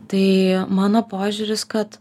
tai mano požiūris kad